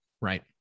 Right